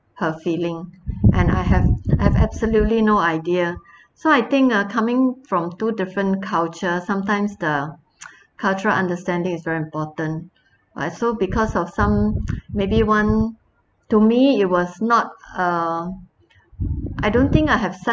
her feeling and I have I have absolutely no idea so I think are coming from two different culture sometimes the cultural understanding is very important also because of some maybe one to me it was not uh I don't think I have such